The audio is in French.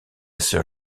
sœur